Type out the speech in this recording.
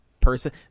person